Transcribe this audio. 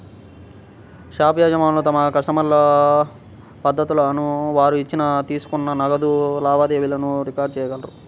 shop యజమానులు తమ కస్టమర్ల పద్దులను, వారు ఇచ్చిన, తీసుకున్న నగదు లావాదేవీలను రికార్డ్ చేయగలరు